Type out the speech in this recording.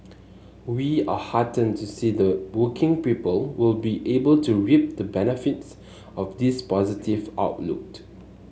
we are heartened to see the working people will be able to reap the benefits of this positive outlook